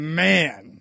man